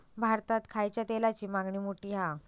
भारतात खायच्या तेलाची मागणी मोठी हा